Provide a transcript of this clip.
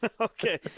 Okay